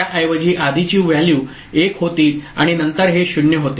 त्याऐवजी आधीची व्हॅल्यू 1 होती आणि नंतर हे 0 होते